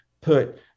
put